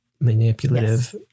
manipulative